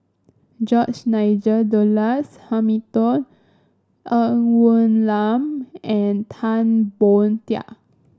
George Nigel Douglas Hamilton Ng Woon Lam and Tan Boon Teik